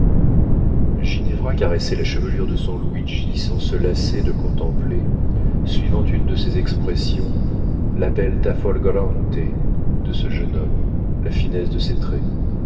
ginevra caressait la chevelure de son luigi sans se lasser de contempler suivant une de ses expressions la beltà folgorante de ce jeune homme la finesse de ses traits